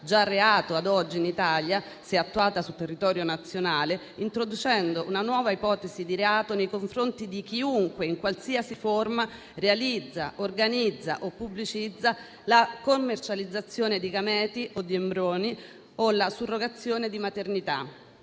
oggi reato in Italia se attuata sul territorio nazionale, introducendo una nuova ipotesi di reato nei confronti di chiunque, in qualsiasi forma, realizza, organizza o pubblicizza la commercializzazione di gameti o di embrioni o la surrogazione di maternità.